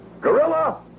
Gorilla